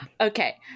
Okay